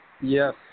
Yes